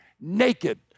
naked